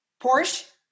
Porsche